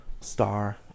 star